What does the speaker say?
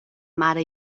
mare